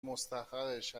مستحقش